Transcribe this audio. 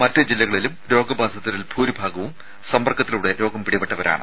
മറ്റ് ജില്ലകളിലും രോഗബാധിതരിൽ ഭൂരിഭാഗവും സമ്പർക്കത്തിലൂടെ രോഗം പിടിപെട്ടവരാണ്